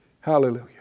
Hallelujah